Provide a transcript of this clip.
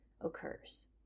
occurs